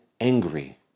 angry